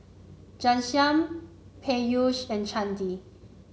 Ghanshyam Peyush and Chandi